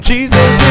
Jesus